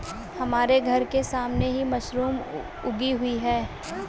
हमारे घर के सामने ही मशरूम उगी हुई है